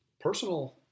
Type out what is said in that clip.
personal